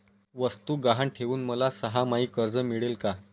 वस्तू गहाण ठेवून मला सहामाही कर्ज मिळेल का?